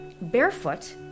barefoot